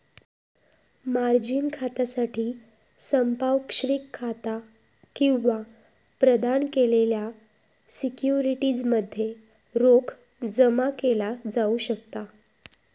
margin खात्यासाठी संपार्श्विक खाता किंवा प्रदान केलेल्या सिक्युरिटीज मध्ये रोख जमा केला जाऊ शकता